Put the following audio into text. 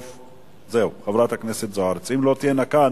אם הן לא תהיינה כאן,